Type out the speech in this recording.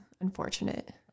unfortunate